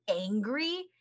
angry